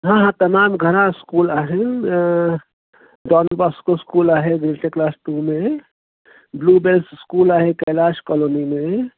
हा तमामु घणा स्कूल आहिनि त डॉन बॉस्को स्कूल आहे ग्रेटर कैलाश टू में ब्लू बैल स्कूल आहे कैलाश कॉलोनी में